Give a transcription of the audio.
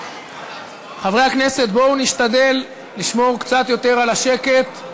חברי הכנסת, בואו נשתדל לשמור קצת יותר על השקט.